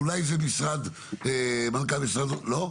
אנחנו.